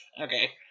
Okay